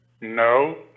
no